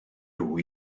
nhw